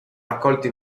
raccolti